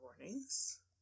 warnings